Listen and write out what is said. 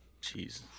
Jesus